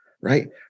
right